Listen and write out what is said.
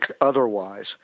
otherwise